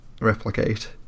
Replicate